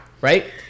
right